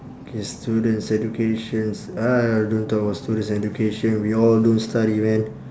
K students educations ah don't talk about students and education we all don't study man